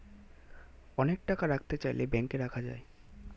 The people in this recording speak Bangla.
অনেক টাকা রাখতে চাইলে ব্যাংকে রাখা যায়